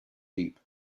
deep